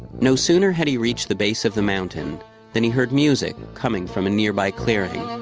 no sooner had he reached the base of the mountain than he heard music coming from a nearby clearing.